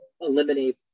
eliminate